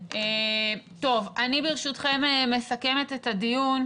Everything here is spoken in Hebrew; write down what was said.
אני ברשותכם מסכמת את הדיון.